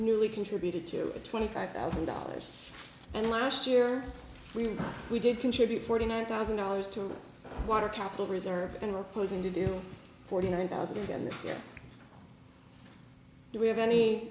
merely contributed to the twenty five thousand dollars and last year when we did contribute forty nine thousand dollars to water capital reserves and we're closing to do forty nine thousand again this year we have any